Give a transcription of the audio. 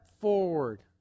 forward